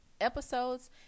episodes